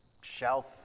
shelf